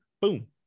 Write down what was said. boom